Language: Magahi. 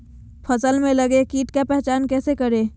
फ़सल में लगे किट का पहचान कैसे करे?